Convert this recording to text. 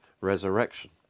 resurrection